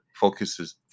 focuses